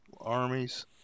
armies